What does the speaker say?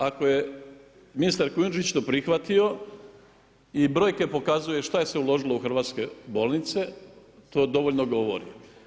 Ako je ministar Kujundžić to prihvatio i brojke pokazuju šta se uložilo u hrvatske bolnice, to dovoljno govori.